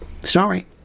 Sorry